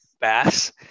Bass